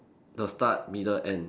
the start middle end